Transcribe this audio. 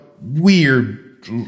weird